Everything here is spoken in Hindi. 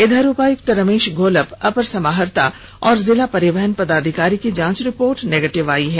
इधर उपायक्त रमेश घोलप अपर समाहर्ता और जिला परिवहन पदाधिकारी की जांच रिपोर्ट नेगेटिव आई है